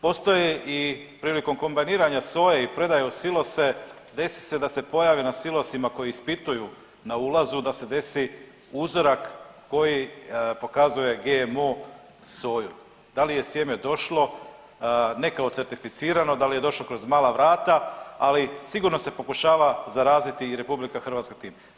Postoji i prilikom kombajniranja soje i predaju u silose desi se da se pojavi na silosima koji ispituju na ulazu da se desi uzorak koji pokazuje GMO soju, da li je sjeme došlo ne kao certificirano, da li je došlo kroz mala vrata, ali sigurno se pokušava zaraziti i RH time.